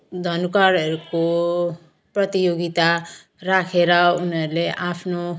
धनुकाँडहरूको प्रतियोगिता राखेर उनीहरूले आफ्नो